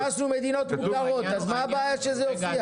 הכנסנו מדינות מוכרות, אז מה הבעיה שזה יופיע?